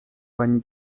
paní